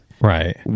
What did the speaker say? Right